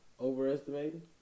Overestimating